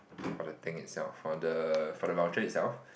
for the thing itself for the for the voucher itself